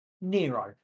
Nero